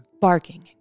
barking